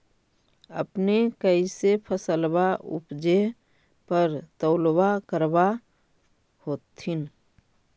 अपने कैसे फसलबा उपजे पर तौलबा करबा होत्थिन?